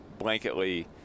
blanketly